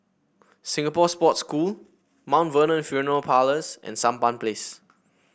Singapore Sports School Mount Vernon Funeral Parlours and Sampan Place